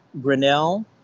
Grinnell